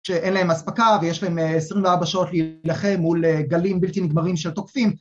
שאין להם אספקה ויש להם 24 שעות להילחם מול גלים בלתי נגמרים של תוקפים.